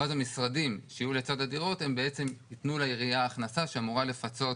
ואז המשרדים שיהיו לצד הדירות ייתנו לעירייה הכנסה שאמורה לפצות